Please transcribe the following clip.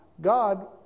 God